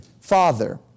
Father